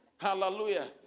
Hallelujah